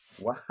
Wow